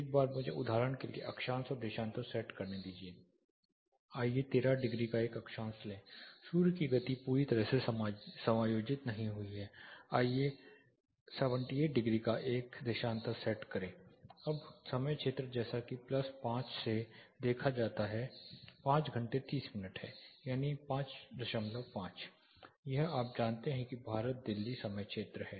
एक बार मुझे उदाहरण के लिए अक्षांश और देशांतर सेट करने दीजिए आइए 13 डिग्री का एक अक्षांश लें सूर्य की गति पूरी तरह से समायोजित नहीं हुई है आइए 78 डिग्री का एक देशांतर सेट करें अब समय क्षेत्र जैसा कि प्लस 50 से देखा जाता 5 घंटे 30 मिनट है यानि 55 यह आप जानते हैं कि भारत दिल्ली समय क्षेत्र है